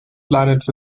planet